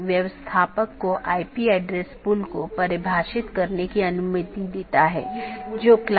यह open update अधिसूचना और जीवित इत्यादि हैं